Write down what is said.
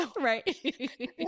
Right